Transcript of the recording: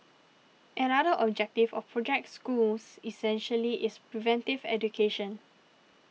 another objective of Project Schools essentially is preventive education